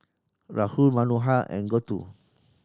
Rahul Manohar and Gouthu